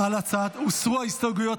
הוסרו ההסתייגויות,